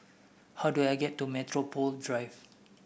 how do I get to Metropole Drive